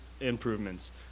improvements